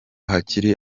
hakiri